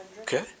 Okay